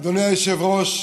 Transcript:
אדוני היושב-ראש,